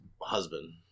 husband